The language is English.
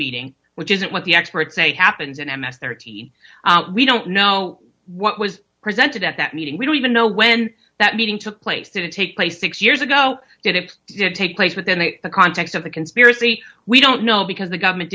meeting which is what the experts say happens in m s thirty we don't know what was presented at that meeting we don't even know when that meeting took place did it take place six years ago did it take place within the context of the conspiracy we don't know because the government